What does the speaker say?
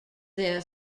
their